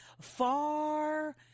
far